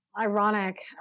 ironic